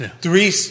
three